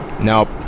Nope